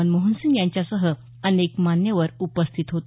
मनमोहनसिंग यांच्यासह अनेक मान्यवर उपस्थित होते